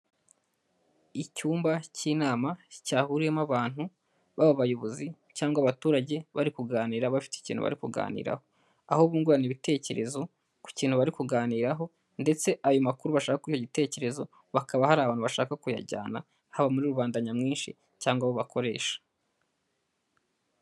Icyumba k'inama cyahuriyemo abantu baba bayobozi cyangwa abaturage bari kuganira bafite ikintu bari kuganiraho, aho bungurana ibitekerezo ku kintu bari kuganiraho ndetse ayo makuru bashaka ko icyo gitekerezo, bakaba hari abantu bashaka kuyajyana, haba muri rubanda nyamwinshi cyangwa abo bakoresha.